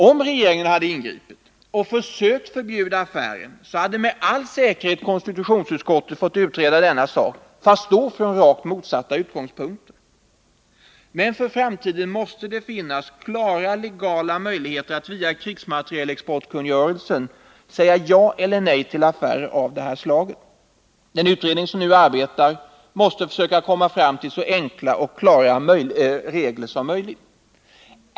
Om regeringen hade ingripit och försökt förbjuda affären, hade med all säkerhet konstitutionsutskottet fått utreda denna sak, fast då från rakt motsatta utgångspunkter. Men för framtiden måste det finnas klara legala möjligheter att via krigsmaterielexportkungörelsen säga ja eller nej till affärer av detta slag. Den utredning som nu arbetar måste försöka komma fram till så enkla och klara regler som möjligt.